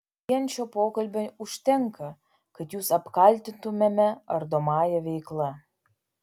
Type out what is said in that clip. vien šio pokalbio užtenka kad jus apkaltintumėme ardomąja veikla